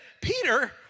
Peter